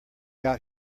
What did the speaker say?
out